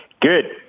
Good